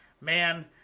man